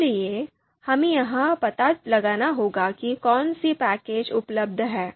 इसलिए हमें यह पता लगाना होगा कि कौन से पैकेज उपलब्ध हैं